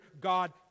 God